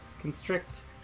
Constrict